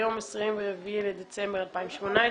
היום 24 בדצמבר 2018,